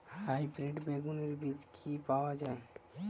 Hybrid বেগুনের বীজ কি পাওয়া য়ায়?